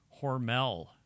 Hormel